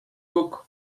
cook